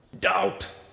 Doubt